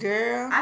Girl